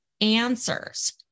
answers